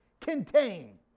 contain